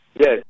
Yes